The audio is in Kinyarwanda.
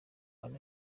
bana